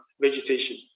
vegetation